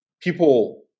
People